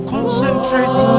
Concentrate